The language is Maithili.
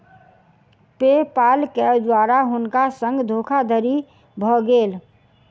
पे पाल के द्वारा हुनका संग धोखादड़ी भ गेल